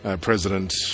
president